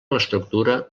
l’estructura